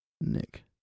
Nick